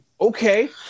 Okay